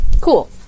Cool